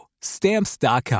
Stamps.com